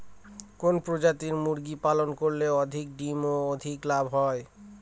কোন প্রজাতির মুরগি পালন করলে অধিক ডিম ও অধিক লাভ হবে?